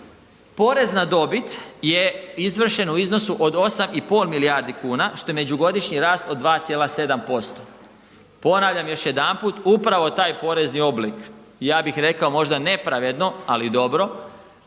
Porez na dobit je izvršen u iznosu od 8,5 milijardi kuna, što je međugodišnji rast od 2,7%. Ponavljam još jedanput, upravo taj porezni oblik, ja bih rekao možda nepravedno, ali dobro,